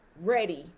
ready